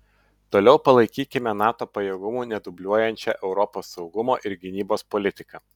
toliau palaikykime nato pajėgumų nedubliuojančią europos saugumo ir gynybos politiką